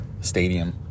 Stadium